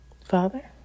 Father